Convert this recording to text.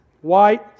White